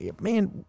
Man